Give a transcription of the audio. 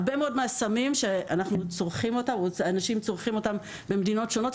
הרבה מאוד מהסמים שאנשים צורכים במדינות שונות,